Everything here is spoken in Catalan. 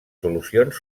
solucions